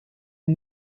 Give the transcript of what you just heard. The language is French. est